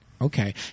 okay